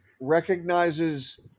recognizes